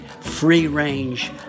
free-range